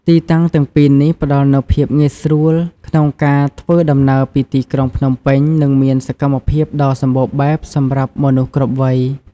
ទីតាំងទាំងពីរនេះផ្តល់នូវភាពងាយស្រួលក្នុងការធ្វើដំណើរពីទីក្រុងភ្នំពេញ និងមានសកម្មភាពដ៏សម្បូរបែបសម្រាប់មនុស្សគ្រប់វ័យ។